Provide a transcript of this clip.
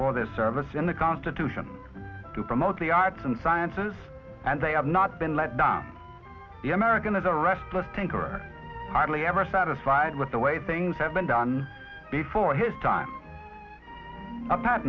for their service in the constitution to promote the arts and sciences and they have not been let down the american as a restless thinker idly ever satisfied with the way things have been done before his time a